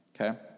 Okay